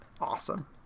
Awesome